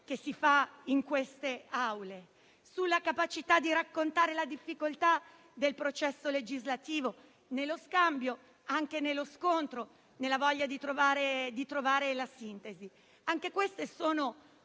che si fa in queste Aule, sulla capacità di raccontare la difficoltà del processo legislativo nello scambio, anche nello scontro, nella voglia di trovare la sintesi. Anche queste sono